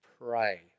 pray